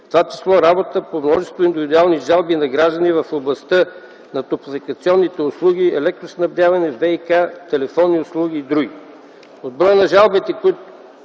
това число работа по множество индивидуални жалби на граждани в областта на топлофикационните услуги, електроснабдяване, ВиК, телефонни услуги и други.